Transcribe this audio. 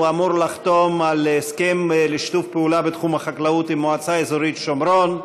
הוא אמור לחתום על הסכם לשיתוף הפעולה עם מועצה אזורית שומרון,